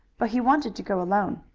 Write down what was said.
but he wanted to go alone.